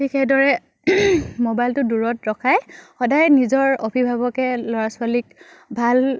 ঠিক সেইদৰে ম'বাইলটো দূৰত ৰখাই সদায় নিজৰ অভিভাৱকে ল'ৰা ছোৱালীক ভাল